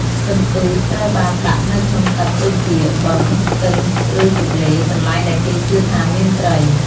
សន្ទួចត្រូវបានដាក់នៅក្នុងទឹកដូចជា បឹង ស្ទឹង ឬទន្លេ កន្លែងដែលគេជឿថាមានត្រី។